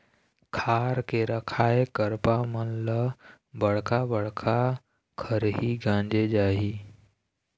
खार के रखाए करपा मन ल बड़का बड़का खरही गांजे जाही